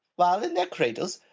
while in their cradles,